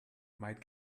might